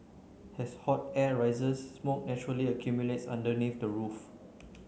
as hot air rises smoke naturally accumulates underneath the roof